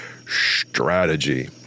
strategy